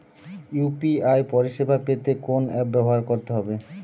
UPI পরিসেবা পেতে কোন অ্যাপ ব্যবহার করতে হবে?